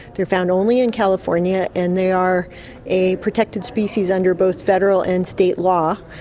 they're found only in california and they are a protected species under both federal and state law,